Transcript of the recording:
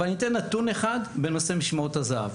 אבל אני אתן נתון אחד בנושא משמרות הזהב.